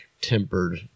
tempered